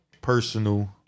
personal